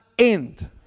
End